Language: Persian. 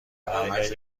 اگر